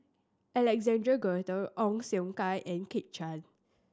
Alexander Guthrie Ong Siong Kai and Kit Chan